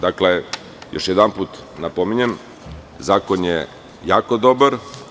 Dakle, još jedanput napominjem Zakon je jako dobar.